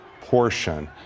portion